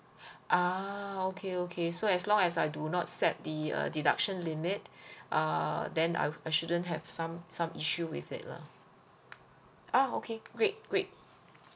ah okay okay so as long as I do not set the uh deduction limit err then I I shouldn't have some some issue with it lah ah okay great great